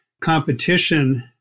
competition